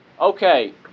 Okay